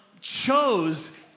chose